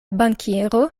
bankiero